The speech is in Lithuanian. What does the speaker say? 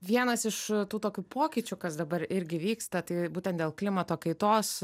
vienas iš tų tokių pokyčių kas dabar irgi vyksta tai būtent dėl klimato kaitos